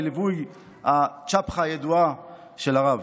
בליווי הצ'פחה הידועה של הרב.